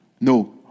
No